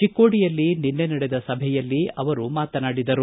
ಚಿಕ್ಕೋಡಿಯಲ್ಲಿ ನಿನ್ನೆ ನಡೆದ ಸಭೆಯಲ್ಲಿ ಅವರು ಮಾತನಾಡಿದರು